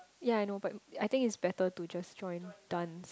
yea I know but I think it is better to just join dance